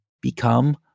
become